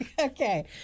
Okay